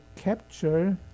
capture